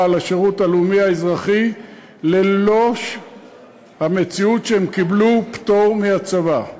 לשירות הלאומי האזרחי ללא המציאות שהם קיבלו פטור מהצבא.